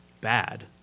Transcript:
bad